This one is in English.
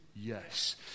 Yes